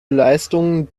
leistungen